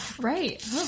Right